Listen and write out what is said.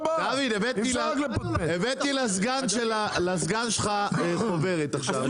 הבאתי לסגן שלך חוברת עכשיו.